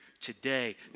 today